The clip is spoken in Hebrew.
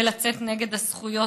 ולצאת נגד הזכויות